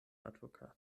advokato